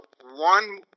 One